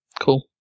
Cool